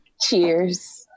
Cheers